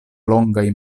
longaj